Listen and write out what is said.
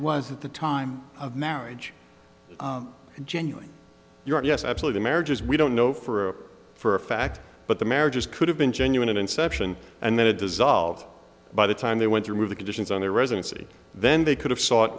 was at the time of marriage genuine your yes absolutely marriages we don't know for for a fact but the marriages could have been genuine and inception and then it dissolved by the time they went through the conditions on their residency then they could have sought